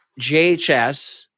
jhs